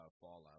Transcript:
Fallout